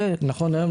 נכון להיום,